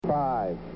Five